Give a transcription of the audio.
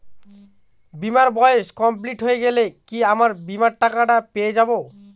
বীমার বয়স কমপ্লিট হয়ে গেলে কি আমার বীমার টাকা টা পেয়ে যাবো?